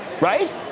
right